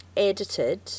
edited